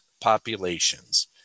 populations